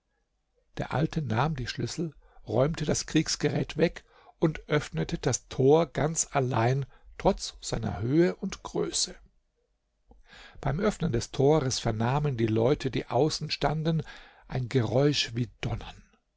der alte nahm die schlüssel räumte das kriegsgerät weg und öffnete das tor ganz allein trotz seiner höhe und größe beim öffnen des tores vernahmen die leute die außen standen ein geräusch wie ein donnern